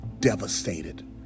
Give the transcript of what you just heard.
devastated